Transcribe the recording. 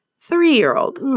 three-year-old